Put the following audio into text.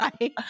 Right